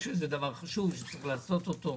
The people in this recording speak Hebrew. אני חושב שזה דבר חשוב שצריך לעשות אותו.